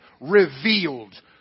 revealed